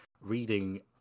reading